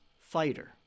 fighter